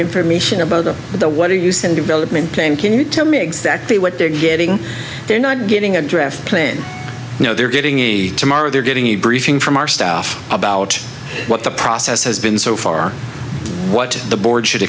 information about the what are you claim can you tell me exactly what they're getting they're not getting a draft plan you know they're getting it tomorrow they're getting a briefing from our staff about what the process has been so far what the board should